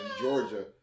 Georgia